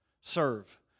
Serve